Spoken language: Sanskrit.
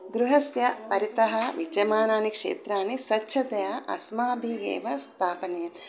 गृहस्य परितः विद्यमानानि क्षेत्राणि स्वच्छतया अस्माभिः एव स्थापनीयानि